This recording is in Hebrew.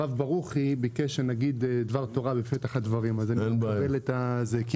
הרב ברוכי ביקש שאגיד דבר תורה בפתח הדברים אז אני מקבל את זה.